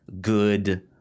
good